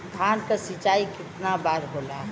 धान क सिंचाई कितना बार होला?